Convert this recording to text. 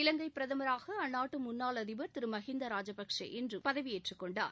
இலங்கை பிரதமராக அந்நாட்டு முன்னாள் அதிபர் திரு மகிந்தா ராஜபக்ஷே இன்று பதவியேற்றுக் கொண்டார்